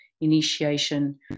initiation